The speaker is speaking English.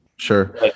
Sure